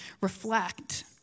reflect